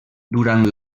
durant